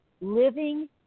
living